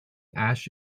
ash